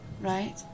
Right